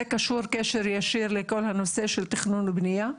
קשור קשר ישיר לכל הנושא של תכנון ובנייה.